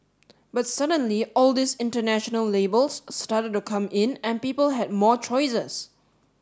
but suddenly all these international labels started to come in and people had more choices